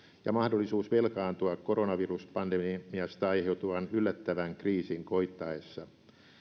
ja mahdollisuus velkaantua koronaviruspandemiasta aiheutuvan yllättävän kriisin koittaessa